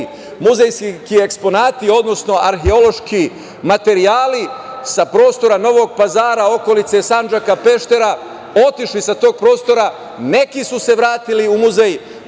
muzejski eksponati, odnosno arheološki materijali sa prostora Novog Pazara, Okolice, Sandžaka, Peštera, otišli sa tog prostora, neki su se vratili u muzej